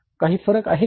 काही फरक आहे का